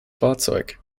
fahrzeug